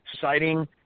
citing